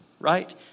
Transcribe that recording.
right